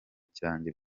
cyanjye